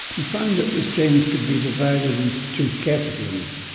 he found that the strains could be divided into two categories,